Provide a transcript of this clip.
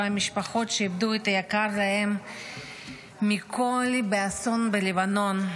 המשפחות שאיבדו את היקר להן מכול באסון בלבנון,